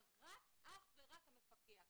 אבל אך ורק המפקח.